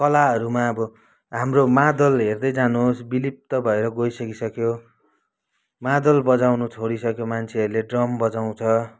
कलाहरूमा अब हाम्रो मादल हेर्दै जानुहोस् बिलुप्त भएर गइसकिसक्यो मादल बजाउनु छोडिसक्यो मान्छेहरूले ड्रम बजाउँछ